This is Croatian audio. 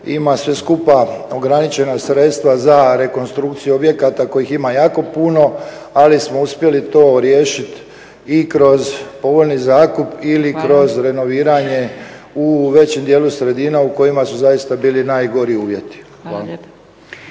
ima sve skupa ograničena sredstva za rekonstrukciju objekata kojih ima jako puno ali smo uspjeli to riješiti i kroz povoljni zakup ili kroz renoviranje u većem dijelu sredina u kojima su zaista bili najgori uvjeti. **Zgrebec,